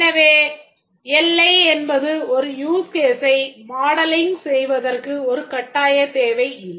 எனவே எல்லை என்பது ஒரு use case ஐ மாடலிங் செய்வதற்கு ஒரு கட்டாயத் தேவை இல்லை